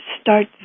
start